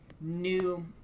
new